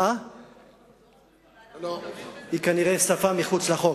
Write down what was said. היא כנראה שפה מחוץ לחוק.